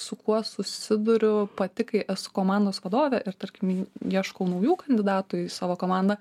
su kuo susiduriu pati kai esu komandos vadovė ir tarkim ieškau naujų kandidatų į savo komandą